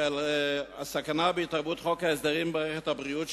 הסכנה בהתערבות חוק ההסדרים במערכת הבריאות,